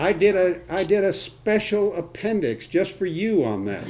i did oh i did a special appendix just for you on that